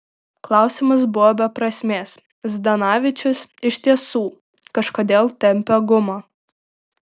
klausimas buvo be prasmės zdanavičius iš tiesų kažkodėl tempė gumą